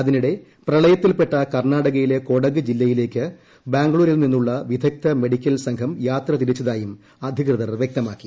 അതിനിടെ പ്രളയത്തിൽപ്പെട്ട കർണാടകയിലെ കൊടക് ജില്ലയിലേയ്ക്ക് ബാംഗ്ലൂരിൽ ് നിന്നും ഉള്ള വിദഗ്ധ മെഡിക്കൽ സംഘം യാത്ര തിരിച്ചതായും അധികൃതർ വൃക്തമാക്കി